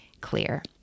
clear